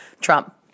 Trump